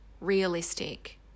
realistic